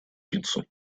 пиццу